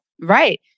Right